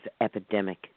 epidemic